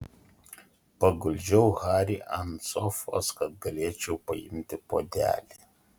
paguldžiau harį ant sofos kad galėčiau paimti puodelį